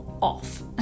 off